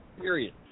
period